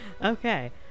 Okay